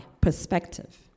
Perspective